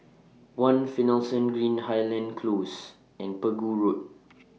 one Finlayson Green Highland Close and Pegu Road